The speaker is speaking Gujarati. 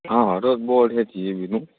હા હળવદ બોર્ડ છે જી ઇ બીનું